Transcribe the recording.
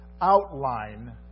outline